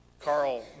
Carl